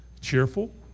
Cheerful